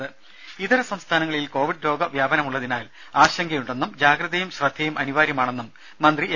രുമ ഇതര സംസ്ഥാനങ്ങളിൽ കോവിഡ് രോഗവ്യാപനമുള്ളതിനാൽ ആശങ്കയുണ്ടെന്നും ജാഗ്രതയും ശ്രദ്ധയും അനിവാര്യമാണെന്നും മന്ത്രി എ